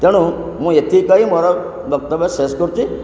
ତେଣୁ ମୁଁ ଏତିକି କହି ମୋର ବକ୍ତବ୍ୟ ଶେଷ କରୁଛି